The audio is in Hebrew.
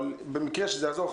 אבל במקרה שזה יחזור,